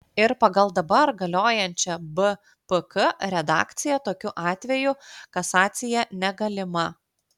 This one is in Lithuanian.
ir pagal dabar galiojančią bpk redakciją tokiu atveju kasacija negalima